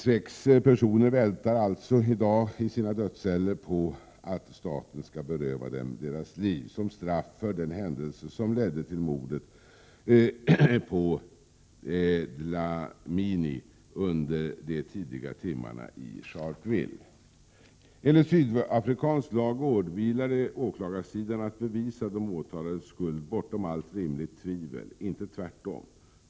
Sex personer väntar i dag i sina dödsceller på att staten skall beröva dem deras liv, som straff för den händelse som ledde fram till mordet på Khuzwayo Jacob Dlamini under de tidiga timmarna i Sharpeville. Enligt sydafrikansk lag åvilar det åklagarsidan att bevisa de åtalades skuld bortom allt rimligt tvivel — inte tvärtom.